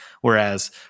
Whereas